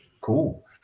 Cool